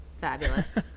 Fabulous